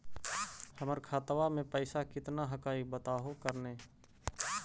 हमर खतवा में पैसा कितना हकाई बताहो करने?